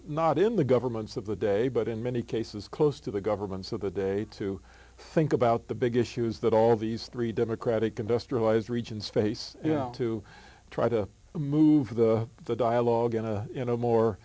not in the governments of the day but in many cases close to the governments of the day to think about the big issues that all these three democratic industrialized regions face you know to try to move the dialogue in a you know more